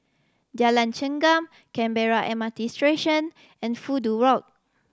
Jalan Chengam Canberra M R T Station and Fudu Road